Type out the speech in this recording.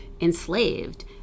enslaved